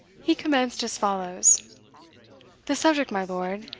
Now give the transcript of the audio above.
he commenced as follows the subject, my lord,